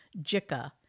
Jika